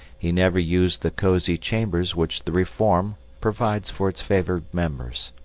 he never used the cosy chambers which the reform provides for its favoured members.